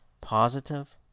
positive